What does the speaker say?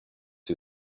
who